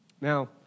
Now